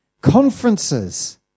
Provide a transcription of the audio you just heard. conferences